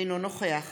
אינו נוכח